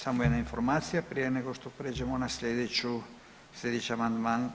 Samo jedna informacija prije nego što prijeđemo na slijedeću, slijedeći amandman,